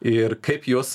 ir kaip juos